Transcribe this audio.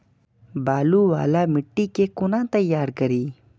बालू वाला मिट्टी के कोना तैयार करी?